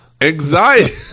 Anxiety